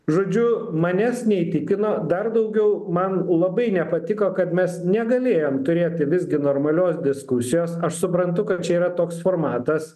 žodžiu manęs neįtikino dar daugiau man labai nepatiko kad mes negalėjom turėti visgi normalios diskusijos aš suprantu kad čia yra toks formatas